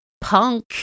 punk